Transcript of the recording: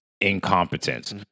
incompetent